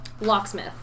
Locksmith